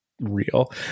real